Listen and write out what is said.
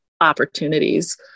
opportunities